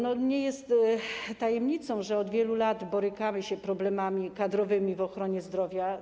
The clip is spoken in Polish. Nie jest tajemnicą, że od wielu lat borykamy się z problemami kadrowymi w ochronie zdrowia.